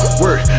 work